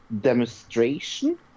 Demonstration